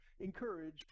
encourage